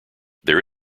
there